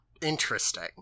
interesting